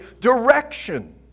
direction